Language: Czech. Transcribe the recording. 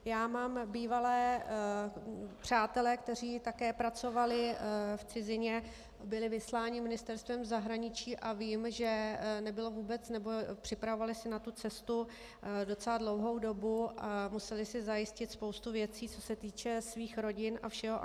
Já mám bývalé přátele, kteří také pracovali v cizině, byli vysláni Ministerstvem zahraničí, a vím, že se připravovali na tu cestu docela dlouhou dobu a museli si zajistit spoustu věcí, co se týče rodin a všeho.